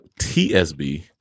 TSB